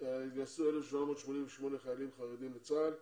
התגייסו 1,788 חיילים חרדים לצה"ל,